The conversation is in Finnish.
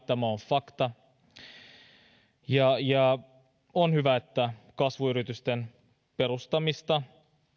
tämä on fakta on hyvä että kasvuyritysten perustamista